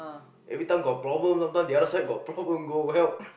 every time got problem sometime the other side got problem go well